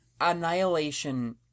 Annihilation